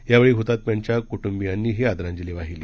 यावेळी हुतात्म्यांच्या कुटुंबियांनीही आदरांजली वाहिली